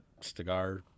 cigar